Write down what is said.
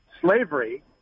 slavery